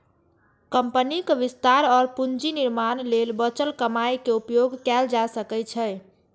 कंपनीक विस्तार और पूंजी निर्माण लेल बचल कमाइ के उपयोग कैल जा सकै छै